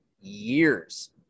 years